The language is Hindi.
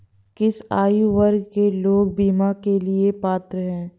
किस आयु वर्ग के लोग बीमा के लिए पात्र हैं?